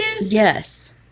Yes